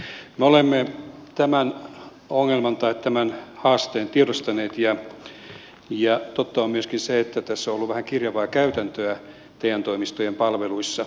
me olemme tämän ongelman tai tämän haasteen tiedostaneet ja totta on myöskin se että tässä on ollut vähän kirjavaa käytäntöä te toimistojen palveluissa